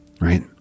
right